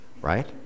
Right